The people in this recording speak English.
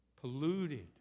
polluted